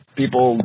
people